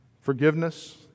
Forgiveness